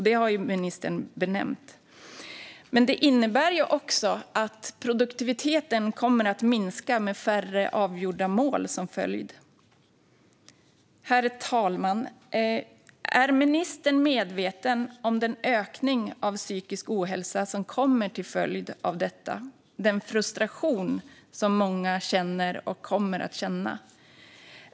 Det har ministern tagit upp. Det innebär också att produktiviteten kommer att minska med färre avgjorda mål som följd. Herr talman! Är ministern medveten om den ökning av psykisk ohälsa som kommer till följd av den frustration som många känner och kommer att känna?